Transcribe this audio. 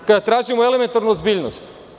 Treba da tražimo elementranu ozbiljnost.